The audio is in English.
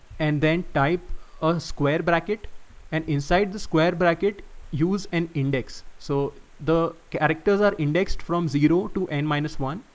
and then type of square bracket and inside the square bracket use an index. so the characters are indexed from zero to n minus one,